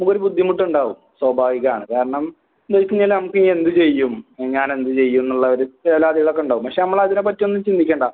നമുക്കൊരു ബുദ്ധിമുട്ടുണ്ടാവും സ്വാഭാവികമാണ് കാരണം നിൽക്കിങ്ങനെ നമുക്കിനിയെന്ത് ചെയ്യും ഞാനെന്ത് ചെയ്യൂന്നുള്ള ഒരു വേലാതികളക്കെ ഉണ്ടാവും പക്ഷേ നമ്മളതിനേപ്പറ്റിയൊന്നും ചിന്തിക്കണ്ട